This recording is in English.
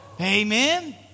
Amen